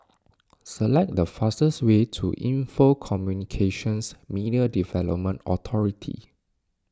select the fastest way to Info Communications Media Development Authority